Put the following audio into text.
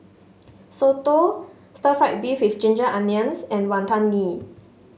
Soto Stir Fried Beef with Ginger Onions and Wonton Mee